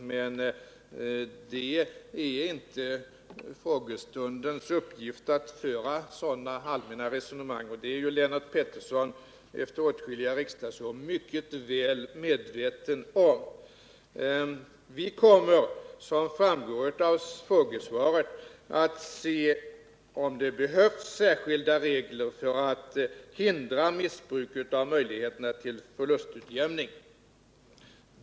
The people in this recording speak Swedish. Men frågestundens uppgift är inte att sådana allmänna resonemang skall föras. Och det är Lennart Pettersson efter åtskilliga riksdagsår mycket väl medveten om. Vi kommer, som framgår av frågesvaret, att se om det behövs särskilda regler för att förhindra missbruk av möjligheterna till förlustutjämning.